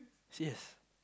serious